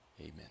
Amen